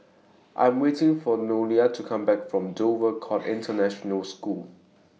I Am waiting For Noelia to Come Back from Dover Court International School